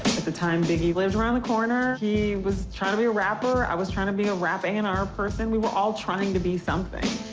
at the time, biggie lived around the corner, he was trying to be a rapper, i was trying to be a rap a and r person, we were all trying to be something.